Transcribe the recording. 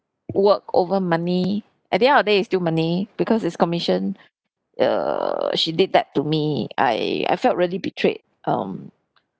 work over money at the end of the day is still money because it's commission err she did that to me I I felt really betrayed um